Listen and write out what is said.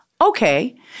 okay